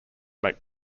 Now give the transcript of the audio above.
make